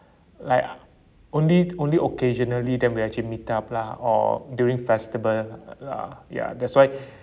like only only occasionally then we actually meet up lah or during festival lah ya that's why